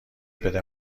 بده